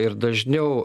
ir dažniau o